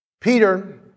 Peter